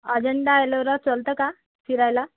अजिंठा एलोरा चलता का फिरायला